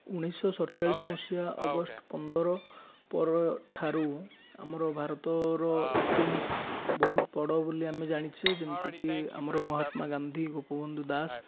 ଉଣେଇଶହ ସଢ଼ଚାଳିଶ ମସିହା ଅଗଷ୍ଟ ପନ୍ଦର ପର ଠାରୁ ଆମର ଭାରତର ଇତିହାସ ବହୁତ ବଡ଼ ବୋଲି ଆମେ ଜାଣିଛେ ଯେମିତି କି ଆମର ମହାତ୍ମା ଗାନ୍ଧୀ ଗୋପବନ୍ଧୁ ଦାସ